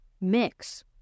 Mix